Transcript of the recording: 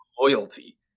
loyalty